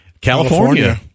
California